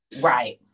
Right